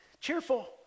Cheerful